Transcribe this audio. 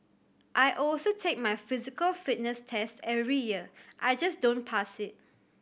I also take my physical fitness test every year I just don't pass it